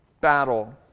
battle